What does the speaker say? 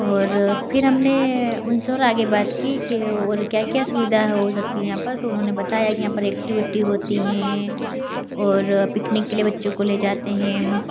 और फिर हमने उनसे और आगे बात की कि और क्या क्या सुविधाएँ हो सकती हैं यहाँ पर तो उन्होंने बताया कि यहाँ पर एक्टिविटी होती हैं और पिकनिक के लिए बच्चों को ले जाते हैं